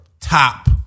top